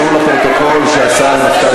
נתקבלה.